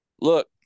look